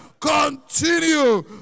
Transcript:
continue